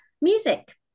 music